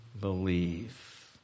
believe